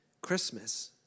Christmas